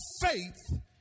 faith